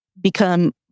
become